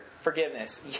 Forgiveness